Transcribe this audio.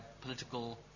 political